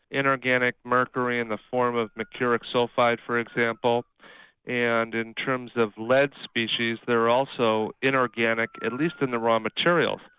inorganic mercury in the form of mercuric sulphide for example and in terms of lead species they are also inorganic, at least in the raw material.